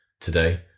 today